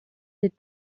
des